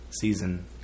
season